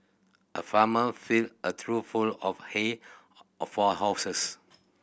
a farmer filled a trough full of hay for a horses